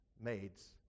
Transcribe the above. maids